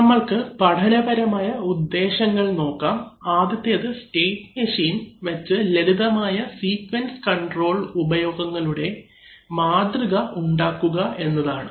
നമ്മൾക്ക് പഠന പരമായ ഉദ്ദേശങ്ങൾ നോക്കാം ആദ്യത്തേത് സ്റ്റേറ്റ് മെഷീൻ വെച്ച് ലളിതമായ സീക്വൻസ് കണ്ട്രോൾ ഉപയോഗങ്ങളുടെ മാതൃക ഉണ്ടാക്കുക എന്നതാണ്